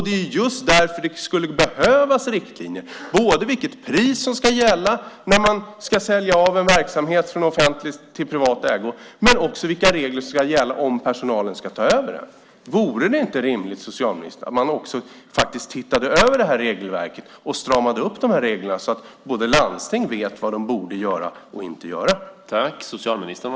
Det är just därför det skulle behövas riktlinjer. Det gäller både vilket pris som ska gälla när en verksamhet ska säljas av från offentlig till privat ägo och vilka regler som ska gälla om personalen ska ta över. Vore det inte rimligt, socialministern, att man ser över regelverket och stramar upp reglerna så att landsting vet vad de borde och inte borde göra?